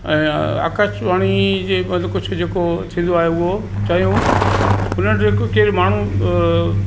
ऐं आकाशवाणी जे मतिलब कुझु जेको थींदो आहे उहो चयूं हुन वटि हिक केरु माण्हू